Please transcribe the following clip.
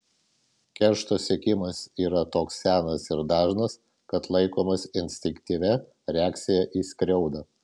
keršto siekimas yra toks senas ir dažnas kad laikomas instinktyvia reakcija į skriaudą